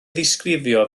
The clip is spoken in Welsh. ddisgrifio